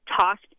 tossed